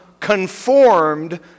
conformed